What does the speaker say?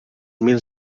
mil